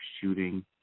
shooting